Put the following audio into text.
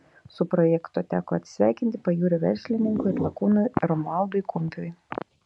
su projektu teko atsisveikinti pajūrio verslininkui ir lakūnui romualdui kumpiui